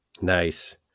Nice